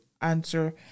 answer